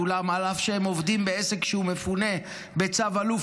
אולם אף שהם עובדים בעסק שמפונה בצו אלוף,